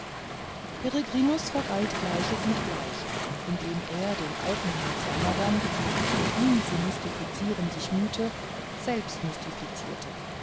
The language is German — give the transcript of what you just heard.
vergalt gleiches mit gleichem indem er den alten herrn swammerdamm der ihn zu mystifizieren sich mühte selbst